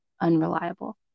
unreliable